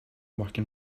working